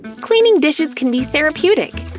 cleaning dishes can be therapeutic.